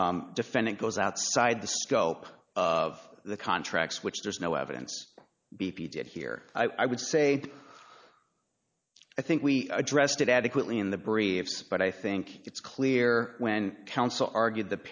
defendant goes outside the scope of the contracts which there's no evidence b p did here i would say i think we addressed it adequately in the briefs but i think it's clear when counsel argued the